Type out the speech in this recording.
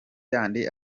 yandi